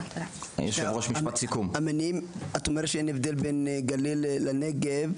את אומרת שהמניעים בנגב,